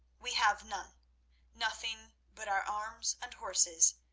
we have none nothing but our arms and horses,